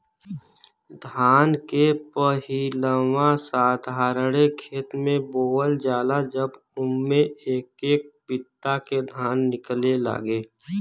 धान के पहिलवा साधारणे खेत मे बोअल जाला जब उम्मे एक एक बित्ता के धान निकले लागे